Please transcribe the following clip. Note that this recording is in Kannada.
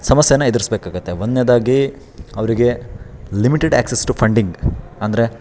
ಸಮಸ್ಯೇನ ಎದುರಿಸ್ಬೇಕಾಗತ್ತೆ ಒಂದನೇದಾಗಿ ಅವರಿಗೆ ಲಿಮಿಟೆಡ್ ಆ್ಯಕ್ಸೆಸ್ ಟು ಫಂಡಿಂಗ್ ಅಂದರೆ